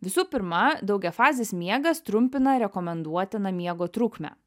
visų pirma daugiafazis miegas trumpina rekomenduotiną miego trukmę